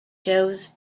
shows